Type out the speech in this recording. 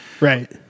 Right